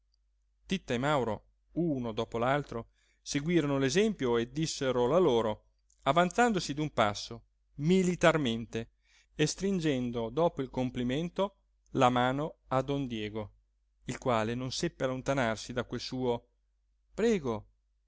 e mauro uno dopo l'altro seguirono l'esempio e dissero la loro avanzandosi d'un passo militarmente e stringendo dopo il complimento la mano a don diego il quale non seppe allontanarsi da quel suo prego prego